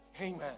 Amen